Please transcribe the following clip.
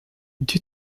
due